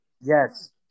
Yes